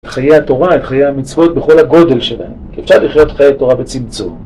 את חיי התורה, את חיי המצוות בכל הגודל שלהם, כי אפשר לחיות את חיי התורה בצמצום.